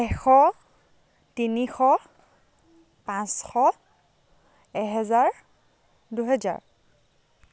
এশ তিনিশ পাঁচশ এহেজাৰ দুহেজাৰ